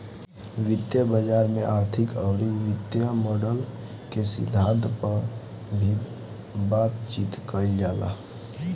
वित्तीय बाजार में आर्थिक अउरी वित्तीय मॉडल के सिद्धांत पअ भी बातचीत कईल जाला